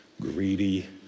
greedy